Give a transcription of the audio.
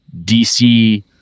DC